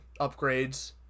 upgrades